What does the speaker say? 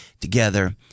together